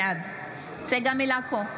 בעד צגה מלקו,